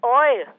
oil